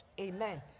Amen